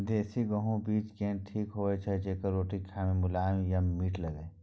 देसी गेहूँ बीज केना नीक होय छै जेकर रोटी खाय मे मुलायम आ मीठ लागय?